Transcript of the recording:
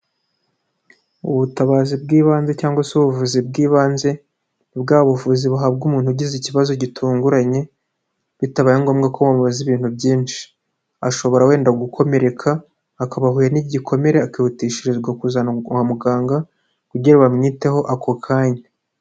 Ubutabazi bw'ibanze cyangwa se ubuvuzi bw'ibanze ni bwa buvuzi buhabwa umuntu ugize ikibazo gitunguranye bitabaye ngombwa ko bamubaza ibintu byinshi, ashobora wenda gukomereka akaba ahuye n'igikomere akihutishirizwa kuzanwa kwa muganga kugira ngo bamwiteho ako kanya.